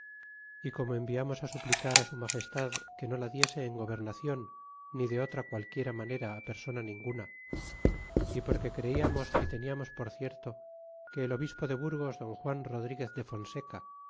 y como enviamos suplicar su magestad que no la diese en gobernacion ni de otra qualquiera manera persona ninguna y porque creíamos y teníamos por cierto que el obispo de burgos don juan rodriguez de fonseca